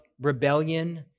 rebellion